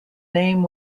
name